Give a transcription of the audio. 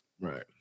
Right